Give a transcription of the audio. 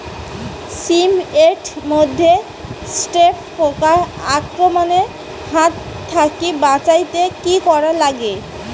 শিম এট মধ্যে থ্রিপ্স পোকার আক্রমণের হাত থাকি বাঁচাইতে কি করা লাগে?